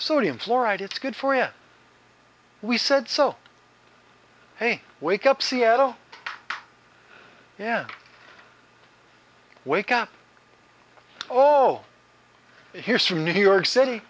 sodium fluoride it's good for in we said so hey wake up seattle yan wake up oh here's from new york city